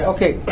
Okay